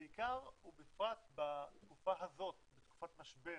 בעיקר ובפרט בתקופה הזאת, תקופת משבר,